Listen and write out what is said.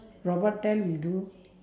robot tell you do